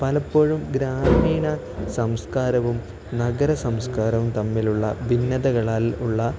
പലപ്പോഴും ഗ്രാമീണ സംസ്കാരവും നഗര സംസ്കാരവും തമ്മിലുള്ള ഭിന്നതകളാൽ ഉള്ള